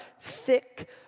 thick